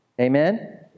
Amen